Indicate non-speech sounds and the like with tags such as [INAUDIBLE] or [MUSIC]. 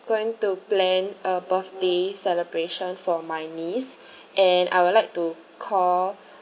going to plan a birthday celebration for my niece [BREATH] and I would like to call